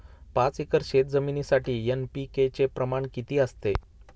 पाच एकर शेतजमिनीसाठी एन.पी.के चे प्रमाण किती असते?